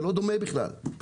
זה לא דומה בכלל.